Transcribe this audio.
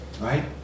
right